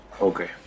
Okay